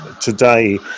today